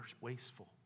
wasteful